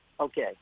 Okay